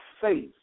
faith